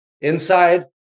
inside